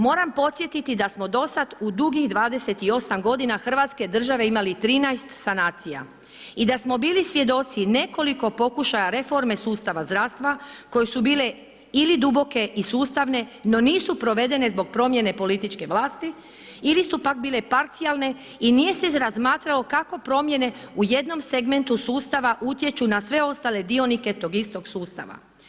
Moram podsjetiti da smo do sada u dugih 28 godina Hrvatske države imali 13 sanacija i da smo bili svjedoci nekoliko pokušaja reforme sustava zdravstva koje su bile ili duboke i sustavne no nisu provedene zbog promjene političke vlasti ili su pak bile parcijalne i nije se razmatralo kako promjene u jednom segmentu sustava utječu na sve ostale dionike tog istog sustava.